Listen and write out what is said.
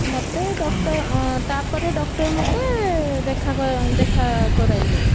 ମୋତେ ଡକ୍ଟର ତାପରେ ଡକ୍ଟର ମୋତେ ଦେଖା ଦେଖା କରାଇଲେ